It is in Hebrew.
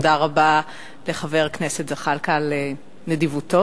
ותודה רבה לחבר הכנסת זחאלקה על נדיבותו.